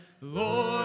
Lord